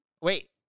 Wait